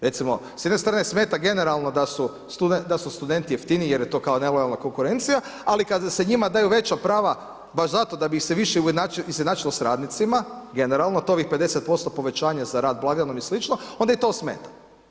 Recimo, s jedne strane smeta generalno da su studenti jeftiniji jer je to kao nelojalna konkurencija, ali kada se njima daju veća prava, baš zato da bi ih se više izjednačilo s radnicima, generalno, to ovih 50% povećanja za rad blagdanom i sl., onda ih to smeta.